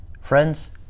Friends